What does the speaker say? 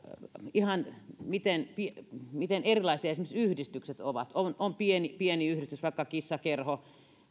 ihan se miten erilaisia esimerkiksi yhdistykset ovat on on pieni pieni yhdistys vaikka kissakerho